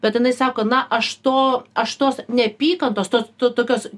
bet jinai sako na aš to aš tos neapykantos to to tokios